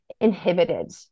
inhibited